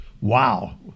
Wow